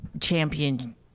champion